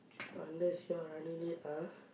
unless you are running late ah